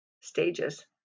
stages